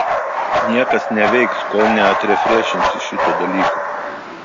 niekas neveiks kol neatrefrešinsi šito dalyko